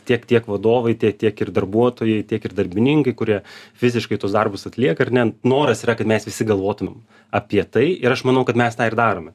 tiek tiek vadovai tie tiek ir darbuotojai tiek ir darbininkai kurie fiziškai tuos darbus atlieka ar ne noras yra kad mes visi galvotumėm apie tai ir aš manau kad mes tą ir darome